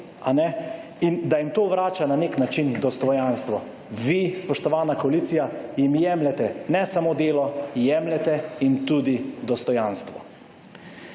in da jim to vrača na nek način dostojanstvo. Vi, spoštovana koalicija jim jemljete ne samo delo, jemljete jim tudi dostojanstvo.